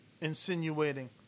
insinuating